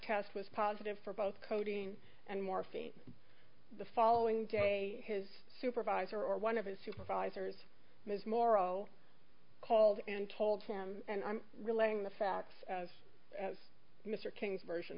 test was positive for both coding and morphine the following day his supervisor or one of his supervisors ms morrow called and told him and i'm relaying the facts as mr king's version